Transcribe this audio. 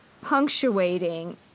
punctuating